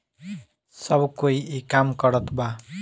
सब कोई ई काम करत बा